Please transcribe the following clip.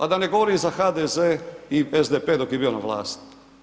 A da ne govorimo za HDZ i SDP dok je bio na vlasti.